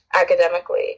academically